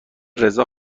رضا